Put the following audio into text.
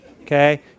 okay